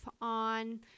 on